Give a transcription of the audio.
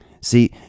see